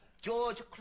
George